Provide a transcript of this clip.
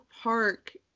park